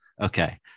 Okay